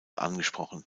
angesprochen